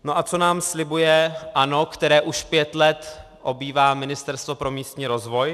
No a co nám slibuje ANO, které už pět let obývá Ministerstvo pro místní rozvoj?